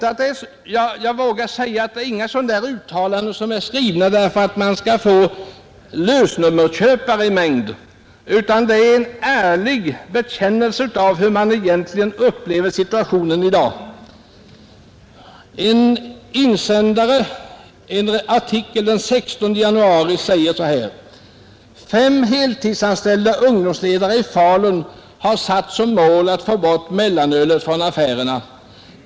Jag vågar säga att dessa uttalanden inte har gjorts för att tidningarna skall få en mängd lösnummerköpare, utan det är en ärlig bekännelse av hur man upplever situationen i dag. ”Fem heltidsanställda ungdomsledare i Falun har satt som mål att få bort mellanölet från affärerna.